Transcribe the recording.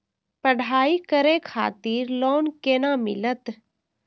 पढ़ाई करे खातिर लोन केना मिलत?